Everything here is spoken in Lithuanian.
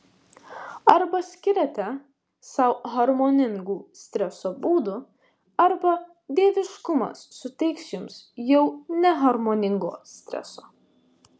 arba skiriate sau harmoningų streso būdų arba dieviškumas suteiks jums jau neharmoningo streso